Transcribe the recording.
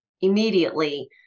immediately